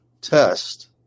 test